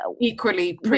equally